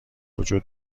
وجود